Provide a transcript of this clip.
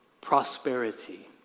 prosperity